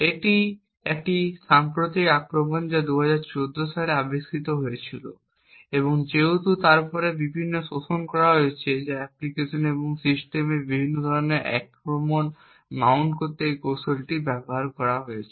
এটি একটি সাম্প্রতিক আক্রমণ যা 2014 সালে আবিষ্কৃত হয়েছিল এবং যেহেতু তারপরে বিভিন্ন শোষণ করা হয়েছে যা অ্যাপ্লিকেশন এবং সিস্টেমে বিভিন্ন ধরণের আক্রমণ মাউন্ট করতে এই কৌশলটি ব্যবহার করেছে